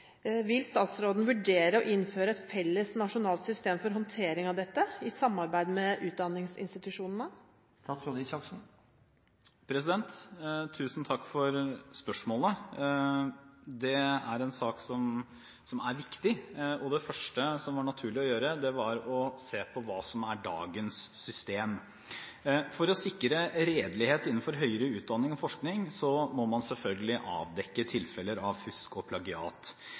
Vil statsråden vurdere å innføre et felles nasjonalt system for håndtering av dette, i samarbeid med utdanningsinstitusjonene?» Tusen takk for spørsmålet. Dette er en sak som er viktig, og det første som var naturlig å gjøre, var å se på hva som er dagens system. For å sikre redelighet innenfor høyere utdanning og forskning må man selvfølgelig avdekke tilfeller av fusk og plagiat.